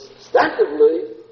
substantively